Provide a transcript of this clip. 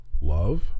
Love